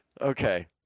okay